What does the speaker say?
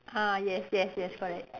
ah yes yes yes correct